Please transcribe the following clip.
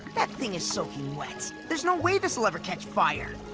that thing is soaking wet. there's no way this'll ever catch fire.